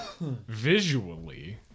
visually